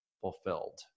fulfilled